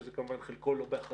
שזה כמובן חלקו לא באחריותך,